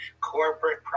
corporate